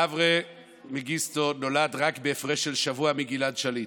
אברה מנגיסטו נולד רק בהפרש של שבוע מגלעד שליט,